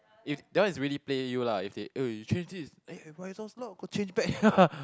if that one is really play you lah if they oh you change this eh why you so slow go change back ah